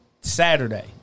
Saturday